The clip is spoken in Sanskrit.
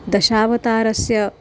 दशावतारस्य